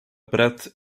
breath